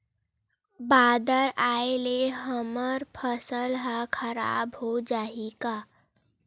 बादर आय ले हमर फसल ह खराब हो जाहि का?